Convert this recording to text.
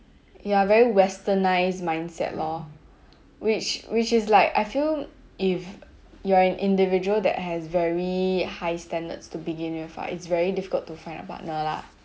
ya very westernised mindset lor which which is like I feel if you are an individual that has very high standards to begin with ah it's very difficult to find a partner lah